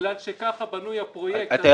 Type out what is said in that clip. בגלל שכך בנוי הפרויקט.